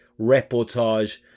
reportage